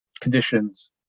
conditions